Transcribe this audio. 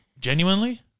genuinely